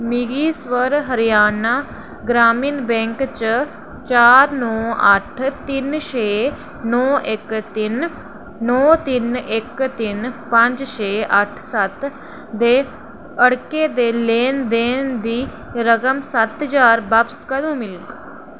मिगी स्वर हरियाणा ग्रामीण बैंक च चार नौ अट्ठ तिन छे नौ इक तिन नौ तिन इक तिन पंज छे अट्ठ सत्त दे अड़के दे लैन देन दी रकम सत्त ज्हार बापस कदूं मिलग